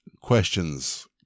questions